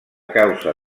causa